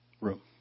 room